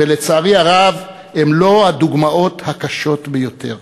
ולצערי הרב הם לא הדוגמאות הקשות ביותר